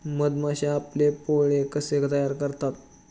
मधमाश्या आपले पोळे कसे तयार करतात?